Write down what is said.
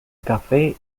café